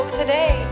today